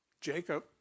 Jacob